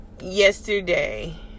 yesterday